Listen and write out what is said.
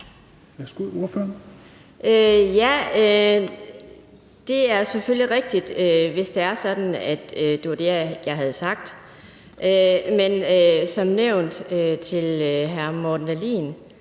Det er selvfølgelig rigtigt, hvis det var det, jeg havde sagt. Men som nævnt til hr. Morten Dahlin